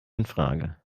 infrage